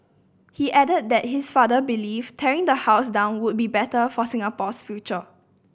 he added that his father believed tearing the house down would be better for Singapore's future